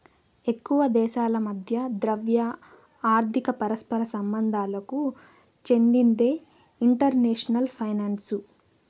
ఎక్కువ దేశాల మధ్య ద్రవ్య, ఆర్థిక పరస్పర సంబంధాలకు చెందిందే ఇంటర్నేషనల్ ఫైనాన్సు